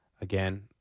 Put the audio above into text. again